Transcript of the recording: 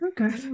okay